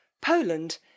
poland